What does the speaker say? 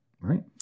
Right